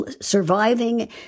surviving